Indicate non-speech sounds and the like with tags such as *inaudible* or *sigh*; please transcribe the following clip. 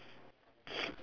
*breath*